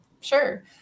Sure